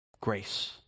grace